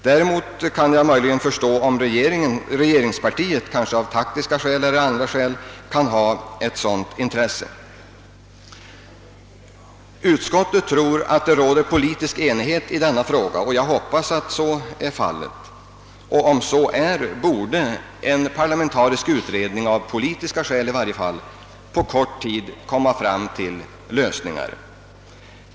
Däremot kan jag förstå om regeringspartiet, möjligen av taktiska eller andra skäl, kan ha ett sådant intresse, Utskottet tror att det råder politisk enighet i denna fråga, och jag hoppas att så är fallet. Om så är, borde en parlamentarisk utredning av politiska skäl på kort tid komma fram till lösningar.